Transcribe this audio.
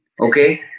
Okay